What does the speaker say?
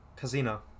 Casino